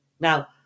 Now